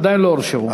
עדיין לא הורשעו.